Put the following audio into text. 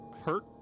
hurt